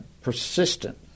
persistent